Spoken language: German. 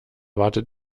wartet